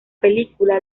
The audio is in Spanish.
película